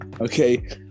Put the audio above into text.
Okay